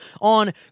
on